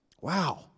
Wow